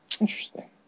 Interesting